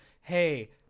hey